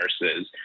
nurses